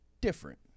different